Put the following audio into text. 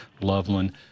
Loveland